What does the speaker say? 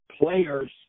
players